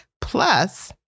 Plus